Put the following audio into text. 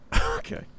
Okay